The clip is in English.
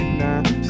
now